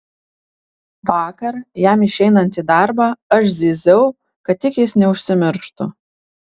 vakar jam išeinant į darbą aš zyziau kad tik jis neužsimirštų